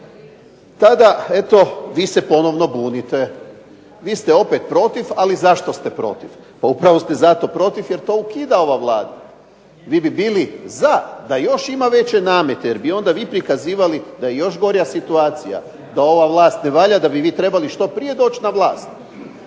tada eto vi se ponovno bunite. Vi ste opet protiv, ali zašto ste protiv? Pa upravo ste zato protiv jer to ukida ova Vlada. Vi bi bili za da još ima veće namete jer bi onda vi prikazivali da je još gora situacija. Da ova vlast ne valja da bi vi trebali što prije doći na vlast.